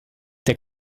der